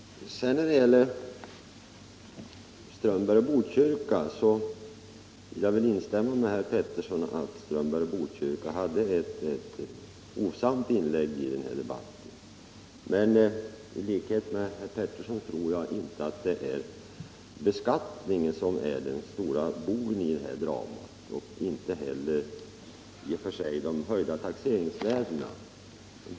När det gäller herr Strömberg i Botkyrka vill jag instämma med herr Pettersson i Lund som sade att herr Strömberg gjorde ett hovsamt inlägg i debatten. Men i likhet med herr Pettersson tror jag inte att det är beskattningen som är den stora boven i dramat, och det är i och för sig inte heller taxeringsvärdena.